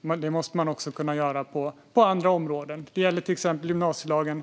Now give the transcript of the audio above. Man måste dock kunna göra det också på andra områden. Det gäller till exempel gymnasielagen.